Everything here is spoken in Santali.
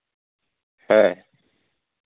ᱦᱮᱸ